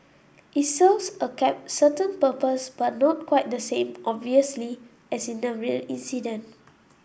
it serves a certain purpose but not quite the same obviously as in a real incident